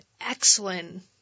excellent